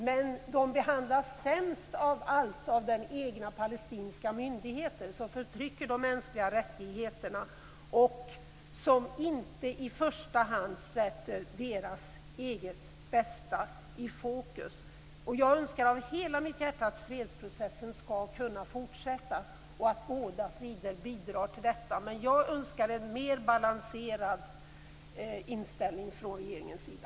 Men de behandlas sämst av alla av den egna palestinska myndigheten som förtrycker de mänskliga rättigheterna och som inte i första hand sätter deras eget bästa i fokus. Jag önskar av hela mitt hjärta att fredsprocessen skall kunna fortsätta och att båda sidor bidrar till detta. Men jag önskar en mer balanserad inställning från regeringens sida.